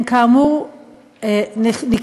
הם כאמור נקרעים,